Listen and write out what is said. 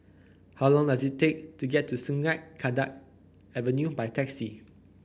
how long does it take to get to Sungei Kadut Avenue by taxi